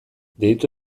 deitu